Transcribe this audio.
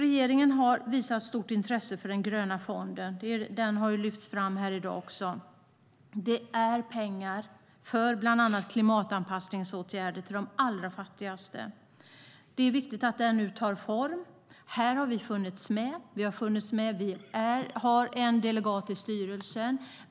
Regeringen har visat stort intresse för Gröna fonden. Den har lyfts fram här i dag också. Det är pengar för bland annat klimatanpassningsåtgärder till de allra fattigaste. Det är viktigt att den nu tar form. Här har vi funnits med. Vi har en delegat i styrelsen.